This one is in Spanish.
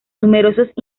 numerosos